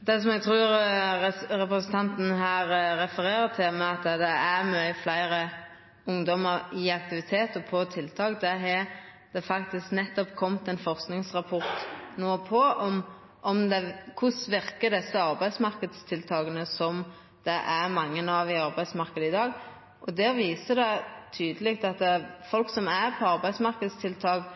Det eg trur representanten her refererer til, at det er mange fleire ungdomar i aktivitet og på tiltak, har det nettopp kome ein forskingsrapport om, om korleis desse arbeidsmarknadstiltaka, som det er mange av på arbeidsmarknaden i dag, verkar. Rapporten viser tydeleg at folk som er på arbeidsmarknadstiltak,